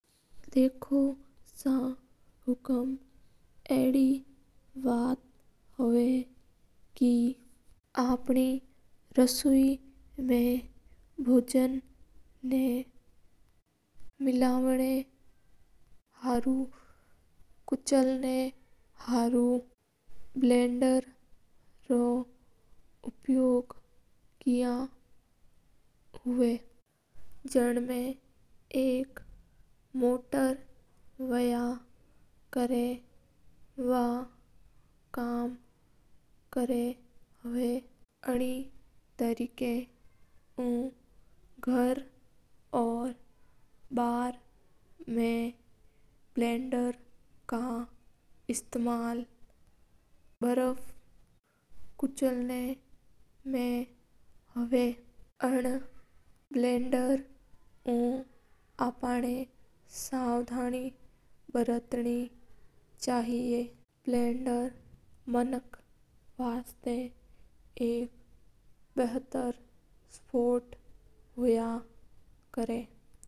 देखो सा हुकूम अडी बात हवा के अपनी रसोई मा भोजन मिलना हरु कुचेल ना हरु ब्लेंडर रो उपयोग किया करा हा। जन मा मदर हवा जका उ बआ काम कर या करा गर बार मा ब्लेंडर रो काम ब्रफ कुचेल ना मा हवा हा ब्लेंडर उ अपना सावधानी ब्रात बी पड़ा हा।